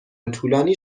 طولانی